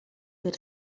per